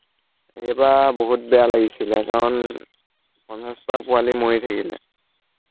সেইবাৰ বহুত বেয়া লাগিছিলে কাৰণ পঞ্চাছটা পোৱালী মৰি থাকিলে